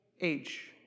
age